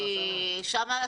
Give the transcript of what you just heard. כי שם,